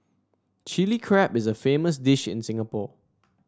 Chilli Crab is a famous dish in Singapore